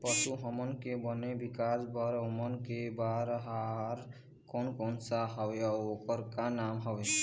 पशु हमन के बने विकास बार ओमन के बार आहार कोन कौन सा हवे अऊ ओकर का नाम हवे?